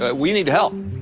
ah we need help.